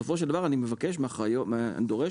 בסופו של דבר אני מבקש, אני דורש,